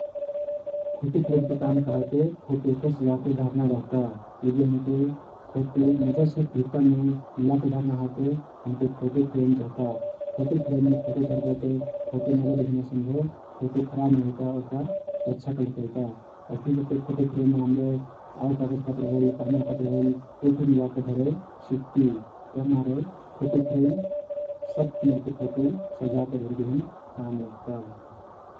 Photo frame के काम कहलके फोटुओहके सजाके धर्ना रहता । यदि हमके फोटु मजासे भितामे मिलाके धर्ना हे ते हमके फोटु फ्रेम चहता । फोटु फ्रेममे फोटु धर्बो ते फोटु मजा दिखैना सँगे फोटु खराब नाई हुइता ओहका सुरक्षा करले रखैता । अइस्तहिं करके फोटु फ्रेममे हम्रे आउर कागज पत्र होइल, प्रमाण पत्र होइल उ फे मिलाके धरे सिक्ती । तभिमारे फोटु फ्रेम सब मेरके फोटु सजाके धरेक तहिन काम लग्ता ।